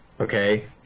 Okay